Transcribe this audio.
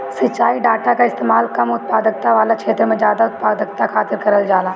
सिंचाई डाटा कअ इस्तेमाल कम उत्पादकता वाला छेत्र में जादा उत्पादकता खातिर करल जाला